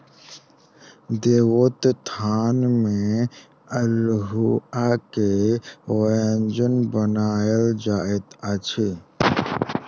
देवोत्थान में अल्हुआ के व्यंजन बनायल जाइत अछि